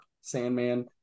Sandman